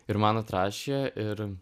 ir man atrašė ir